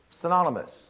Synonymous